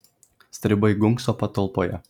stribai gunkso patalpoje